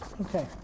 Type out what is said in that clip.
Okay